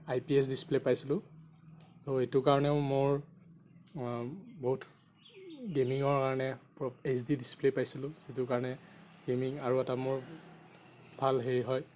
আই P S display পাইছিলোঁ ত' এইটো কাৰণে মোৰ বহুত গেমিঙৰ কাৰণে এইছ ডি ডিছপ্লে' পাইছিলোঁ যিটো কাৰণে গেমিং আৰু এটা মোৰ ভাল হেৰি হয়